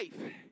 life